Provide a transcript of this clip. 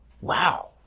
wow